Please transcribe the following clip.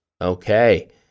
Okay